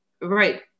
right